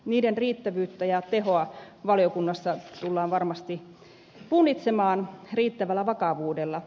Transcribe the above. niiden riittävyyttä ja tehoa valiokunnassa tullaan varmasti punnitsemaan riittävällä vakavuudella